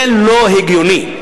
זה לא הגיוני.